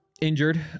injured